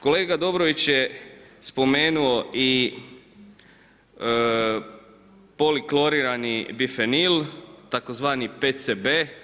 Kolega Dobrović je spomenuo i poliklorirani bifenil tzv. PCB.